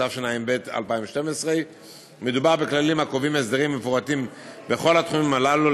התשע"ב 2012. מדובר בכללים הקובעים הסדרים מפורטים בכל התחומים הללו,